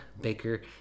Baker